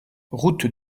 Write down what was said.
route